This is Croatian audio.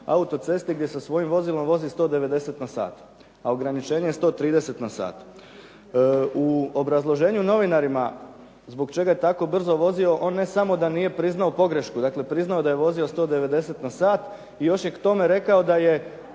autocesti gdje sa svojim vozilo vozi 190 na sat, a ograničenje je 130 na sat. U obrazloženju novinarima zbog čega je tako brzo vozio, on ne samo da nije priznao pogrešku, dakle priznao da je vozio 190 na sat i još je k tome rekao da je